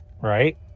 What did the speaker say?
Right